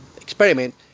experiment